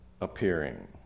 appearing